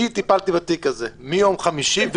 אני טיפלתי בתיק הזה מיום חמישי.